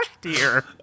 dear